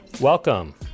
Welcome